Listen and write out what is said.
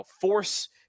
force